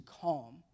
calm